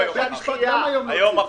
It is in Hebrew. הישיבה